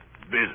business